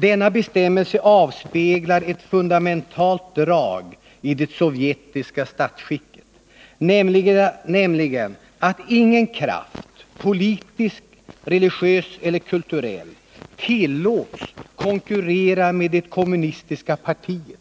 Denna bestämmelse avspeglar ett fundamentalt drag i det sovjetiska statsskicket, nämligen att ingen kraft — politisk, religiös eller kulturell — tillåts konkurrera med det kommunistiska partiet,